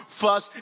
fuss